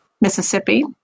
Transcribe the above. Mississippi